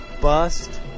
bust